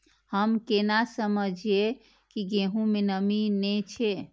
हम केना समझये की गेहूं में नमी ने छे?